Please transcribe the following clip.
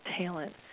talent